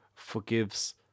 forgives